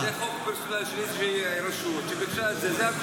זה חוק בשביל רשות שביקשה את זה.